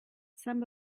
some